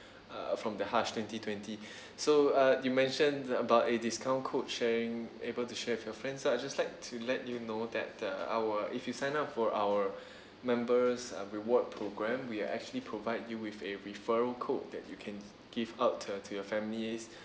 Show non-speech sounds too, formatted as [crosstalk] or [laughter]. uh from the harsh twenty twenty [breath] so uh you mentioned about a discount code sharing able to share with your friends so I'd just like to let you know that uh our if you sign up for our members uh reward program we are actually provide you with a referral code that you can give out to your to your families